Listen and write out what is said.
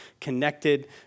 connected